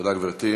תודה, גברתי.